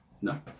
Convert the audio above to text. No